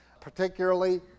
particularly